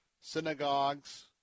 synagogues